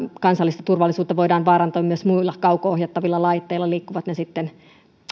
kansallista turvallisuutta voidaan vaarantaa myös muilla kauko ohjattavilla laitteilla liikkuvat ne sitten